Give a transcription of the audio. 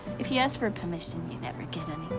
if you ask for permission, you never get it,